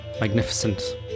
magnificent